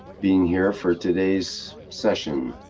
being here for today's session.